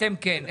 אתם כן.